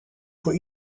voor